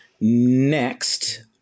next